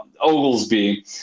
Oglesby